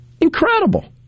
Incredible